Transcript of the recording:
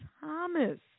Thomas